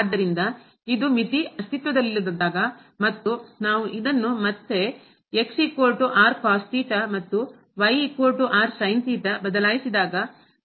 ಆದ್ದರಿಂದ ಇದು ಮಿತಿ ಅಸ್ತಿತ್ವದಲ್ಲಿದ್ದಾಗ ಮತ್ತು ನಾವು ಇದನ್ನು ಮತ್ತೆ ಮತ್ತು ಬದಲಿಸಿದಾಗ ಹೊಂದುವ ಸಂದರ್ಭವಾಗಿದೆ